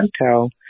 Toronto